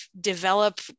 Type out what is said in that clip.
develop